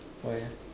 why ah